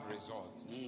result